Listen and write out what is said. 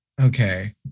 Okay